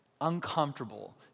uncomfortable